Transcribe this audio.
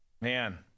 man